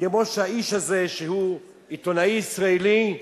רבה כמו שהאיש הזה, שהוא עיתונאי ישראלי,